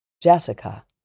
Jessica